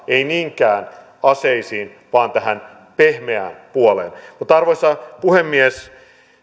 ei niinkään aseisiin vaan tähän pehmeään puoleen arvoisa puhemies